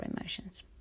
emotions